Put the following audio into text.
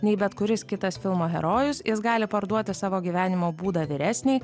nei bet kuris kitas filmo herojus jis gali parduoti savo gyvenimo būdą vyresnei